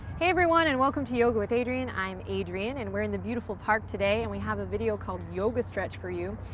hey everyone, and welcome to yoga with adriene. i'm adriene and we're in the beautiful park today, and we have a video called yoga stretch for you.